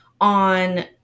on